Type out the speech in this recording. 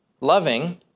loving